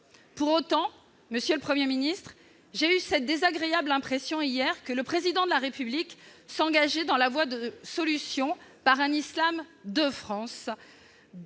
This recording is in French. Pour autant, monsieur le Premier ministre, j'ai eu, hier, la désagréable impression que le Président de la République s'engageait dans la voie de solutions passant, malgré